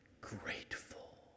grateful